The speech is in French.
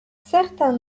certains